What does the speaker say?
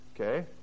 Okay